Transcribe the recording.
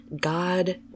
god